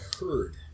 heard